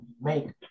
make